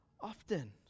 often